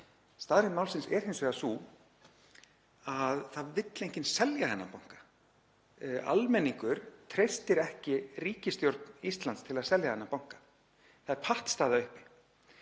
Staðreynd málsins er hins vegar sú að það vill enginn selja þennan banka. Almenningur treystir ekki ríkisstjórn Íslands til að selja þennan banka. Það er pattstaða uppi.